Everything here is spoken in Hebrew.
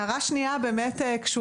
הערה שנייה קשורה